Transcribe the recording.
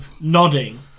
nodding